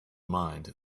mind